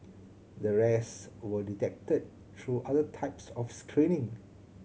the rest were detected through other types of screening